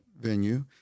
venue